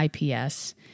IPS